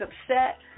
upset